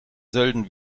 sölden